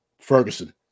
Ferguson